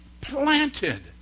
planted